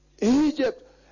egypt